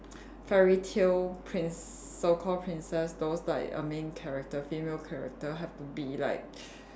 fairy tale princ~ so called princess those like err main character female character have to be like